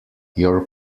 your